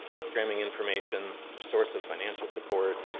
programming information, source of financial support,